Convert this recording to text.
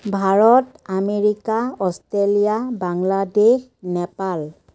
Bharat America Australia Bangladesh Nepal